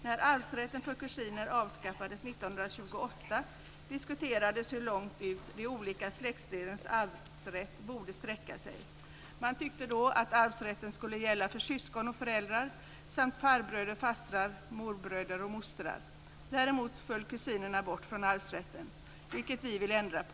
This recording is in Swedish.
När arvsrätten för kusiner avskaffades 1928 diskuterades hur långt ut de olika släktledens arvsrätt borde sträcka sig. Man tyckte då att arvsrätten skulle gälla för syskon och föräldrar, samt farbröder, fastrar, morbröder och mostrar. Däremot föll kusinerna bort från arvsrätten, vilket vi vill ändra på.